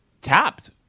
tapped